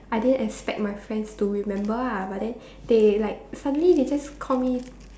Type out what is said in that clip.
I didn't expect my friends to remember ah but then they like suddenly they just call me